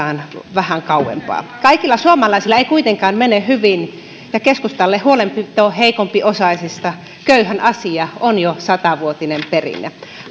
vähän kauempaa kaikilla suomalaisilla ei kuitenkaan mene hyvin ja keskustalle huolenpito heikompiosaisista köyhän asia on jo satavuotinen perinne